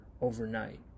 overnight